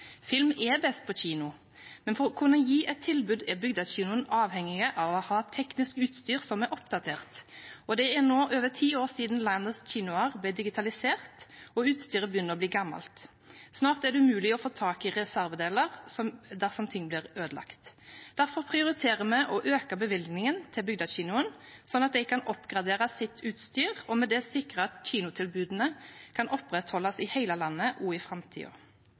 Film er best på kino, men for å kunne gi et tilbud er Bygdekinoen avhengig av å ha teknisk utstyr som er oppdatert. Det er nå over ti år siden landets kinoer ble digitalisert, og utstyret begynner å bli gammelt. Snart er det umulig å få tak i reservedeler dersom ting blir ødelagt. Derfor prioriterer vi å øke bevilgningen til Bygdekinoen, sånn at de kan oppgradere utstyret sitt og med det sikre at kinotilbudene kan opprettholdes i hele landet også i